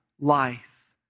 life